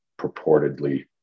purportedly